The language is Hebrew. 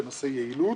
בנושא יעילות,